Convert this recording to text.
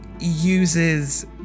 uses